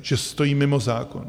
Že stojí mimo zákon?